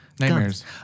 nightmares